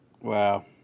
Wow